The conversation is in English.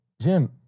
Jim